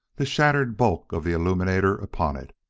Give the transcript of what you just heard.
the shattered bulk of the illuminator upon it,